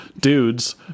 dudes